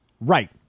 Right